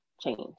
change